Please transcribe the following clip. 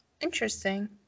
Interesting